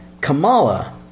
Kamala